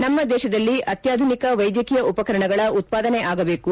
ನಮ್ಮ ದೇಶದಲ್ಲಿ ಅತ್ಯಾಧುನಿಕ ವೈದ್ಯಕೀಯ ಉಪಕರಣಗಳ ಉತ್ಪಾದನೆ ಆಗಬೇಕು